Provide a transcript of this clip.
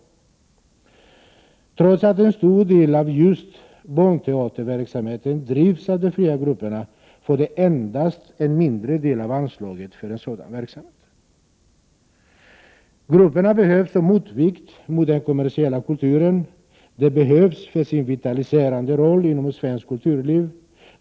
Trots att en stor del av just barnteaterverksamheten drivs av de fria grupperna får de endast en mindre del av anslaget för sådan verksamhet. Grupperna behövs som motvikt mot den kommersiella kulturen. De behövs för sin vitaliserande roll inom svenskt kulturliv.